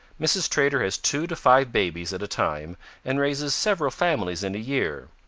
mrs. trader has two to five babies at a time and raises several families in a year.